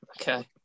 Okay